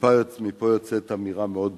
מפה יוצאת אמירה מאוד ברורה,